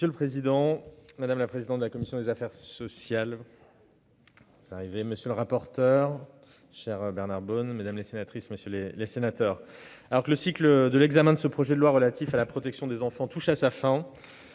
Monsieur le président, madame la présidente de la commission des affaires sociales, monsieur le rapporteur, cher Bernard Bonne, mesdames, messieurs les sénateurs, alors que l'examen de ce projet de loi relatif à la protection des enfants touche à sa fin,